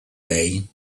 day